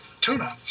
tuna